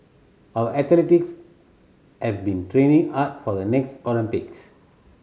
our athletes have been training hard for the next Olympics